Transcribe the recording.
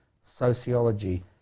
sociology